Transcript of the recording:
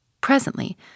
Presently